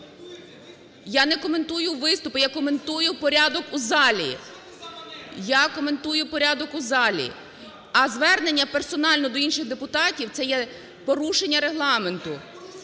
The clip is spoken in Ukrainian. я коментую порядок у залі. Я коментую порядок у залі. А звернення персонально до інших депутатів – це є порушення Регламенту.